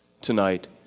tonight